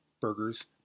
burgers